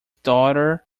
daughter